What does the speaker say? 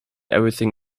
everything